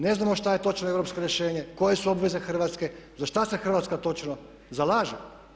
Ne znamo što je točno europsko rješenje, koje su obveze Hrvatske, za šta se Hrvatska točno zalaže?